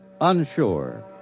unsure